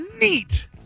NEAT